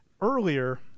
earlier